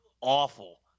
awful